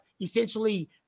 essentially